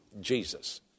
Jesus